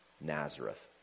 Nazareth